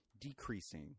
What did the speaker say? decreasing